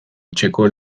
etxeko